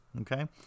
Okay